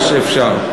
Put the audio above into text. מה שאפשר.